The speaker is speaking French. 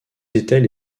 étaient